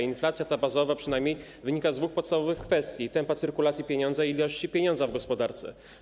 Inflacja, przynajmniej bazowa, wynika z dwóch podstawowych kwestii: tempa cyrkulacji pieniądza i ilości pieniądza w gospodarce.